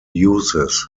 uses